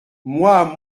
moi